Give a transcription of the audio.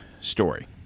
story